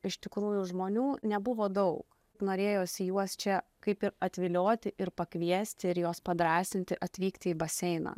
iš tikrųjų žmonių nebuvo daug norėjosi juos čia kaip ir atvilioti ir pakviesti ir juos padrąsinti atvykti į baseiną